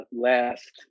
last